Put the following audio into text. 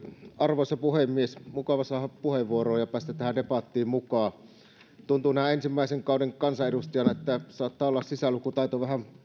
arvoisa puhemies mukava saada puheenvuoro ja päästä tähän debattiin mukaan tuntuu näin ensimmäisen kauden kansanedustajana että saattaa olla sisälukutaito jopa vähän